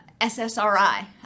SSRI